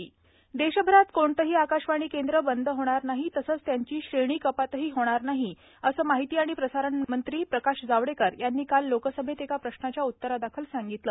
प्रकाश जावडेकर देशभरात कोणतंही आकाशवाणी केंद्र बंद होणार नाही तसंच त्यांची श्रेणीकपातही होणार नाही असं माहिती आणि प्रसारणमंत्री प्रकाश जावडेकर यांनी काल लोकसभेत एका प्रश्नाच्या उत्तरादाखल सांगितले